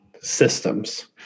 systems